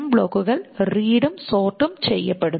ബ്ലോക്കുകൾ റീഡും സോർട്ടും ചെയ്യപ്പെടുന്നു